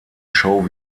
show